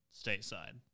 stateside